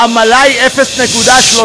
העמלה היא 0.3%?